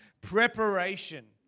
preparation